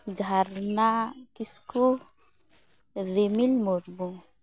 ᱡᱷᱟᱨᱱᱟ ᱠᱤᱥᱠᱩ ᱨᱤᱢᱤᱞ ᱢᱩᱨᱢᱩ